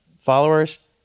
followers